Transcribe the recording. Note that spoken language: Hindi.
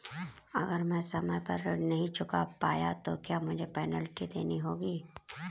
अगर मैं समय पर ऋण नहीं चुका पाया तो क्या मुझे पेनल्टी देनी होगी?